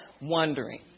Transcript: wondering